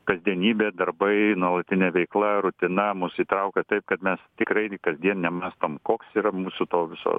kasdienybė darbai nuolatinė veikla rutina mus įtraukia taip kad mes tikrai ir kasdien nemąstom koks yra mūsų to viso